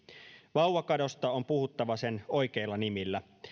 vauvakadosta on puhuttava sen oikeilla nimillä